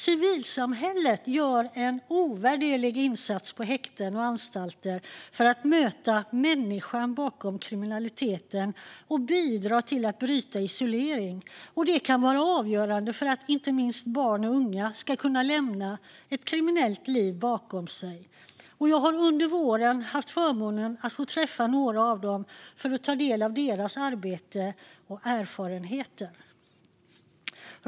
Civilsamhället gör en ovärderlig insats på häkten och anstalter för att möta människan bakom kriminaliteten och bidra till att bryta isolering. Det kan vara avgörande för att inte minst barn och unga ska kunna lämna ett kriminellt liv bakom sig. Jag har under våren haft förmånen att träffa några av dem för att ta del av deras arbete och erfarenheter.